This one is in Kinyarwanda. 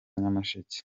nyamasheke